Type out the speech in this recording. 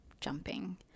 jumping